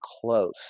close